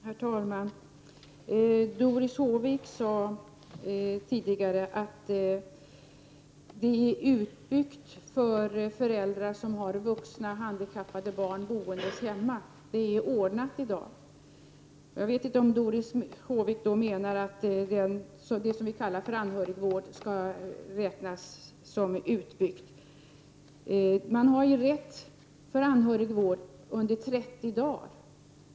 Herr talman! Doris Håvik sade tidigare att omsorgen är utbyggd för de föräldrar som har vuxna handikappade barn boende hemma. Hon sade att det var ordnat i dag. Jag vet inte om Doris Håvik då menar att den vård som vi kallar anhörigvård skall räknas som utbyggd. Man har rätt till anhörigvård i 30 dagar.